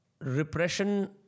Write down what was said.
repression